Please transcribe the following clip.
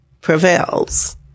prevails